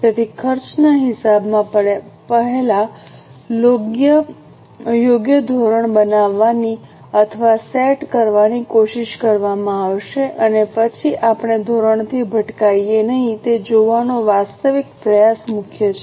તેથી ખર્ચના હિસાબમાં પહેલા યોગ્ય ધોરણ બનાવવાની અથવા સેટ કરવાની કોશિશ કરવામાં આવશે અને પછી આપણે ધોરણથી ભટકાઇએ નહીં તે જોવાનો વાસ્તવિક પ્રયાસ મુખ્ય છે